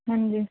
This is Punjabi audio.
ਹਾਂਜੀ